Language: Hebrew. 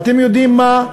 אתם יודעים מה?